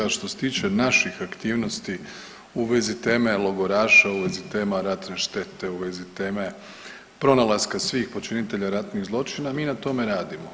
A što se tiče naših aktivnosti u vezu teme logoraša, u vezi tema ratne štete, u vezi teme pronalaska svih počinitelja ratnih zločina, mi na tome radimo.